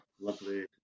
lovely